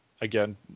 Again